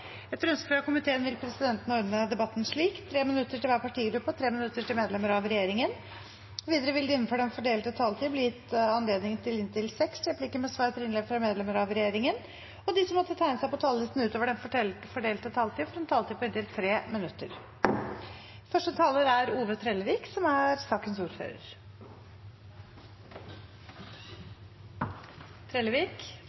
Etter ønske fra transport- og kommunikasjonskomiteen vil presidenten ordne debatten slik: 3 minutter til hver partigruppe og 3 minutter til medlemmer av regjeringen. Videre vil det – innenfor den fordelte taletid – bli gitt anledning til inntil seks replikker med svar etter innlegg fra medlemmer av regjeringen, og de som måtte tegne seg på talerlisten utover den fordelte taletid, får også en taletid på inntil 3 minutter. Dette er en sak som store deler av komiteen er